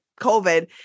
covid